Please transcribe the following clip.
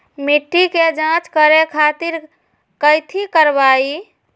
मिट्टी के जाँच करे खातिर कैथी करवाई?